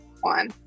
one